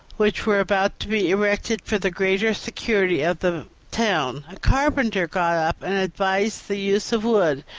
which were about to be erected for the greater security of the town. a carpenter got up and advised the use of wood,